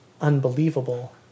unbelievable